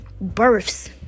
births